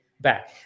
back